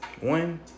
One